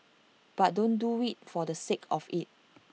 but don't do IT for the sake of IT